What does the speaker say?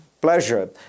pleasure –